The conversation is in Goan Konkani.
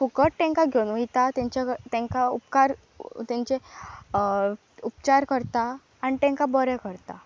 फुकट तेंकां घेवन वयता तेंचे तेंक उपकार तेंचे उपचार करता आनी तेंकां बरें करता